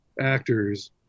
actors